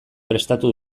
prestatu